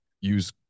use